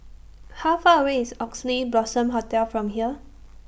How Far away IS Oxley Blossom Hotel from here